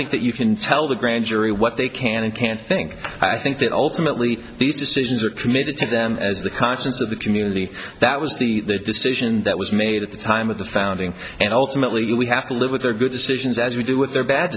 think that you can tell the grand jury what they can and can't think i think that ultimately these decisions are committed to them as the conscience of the community that was the decision that was made at the time of the founding and ultimately we have to live with the good decisions as we do with the bad